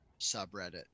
subreddit